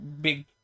big